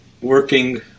working